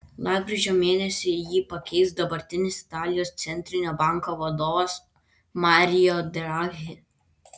lapkričio mėnesį jį pakeis dabartinis italijos centrinio banko vadovas mario draghi